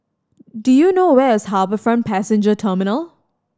do you know where is HarbourFront Passenger Terminal